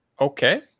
Okay